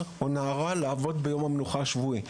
או נערה לעבוד ביום המנוחה השבועי.